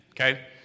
Okay